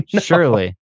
Surely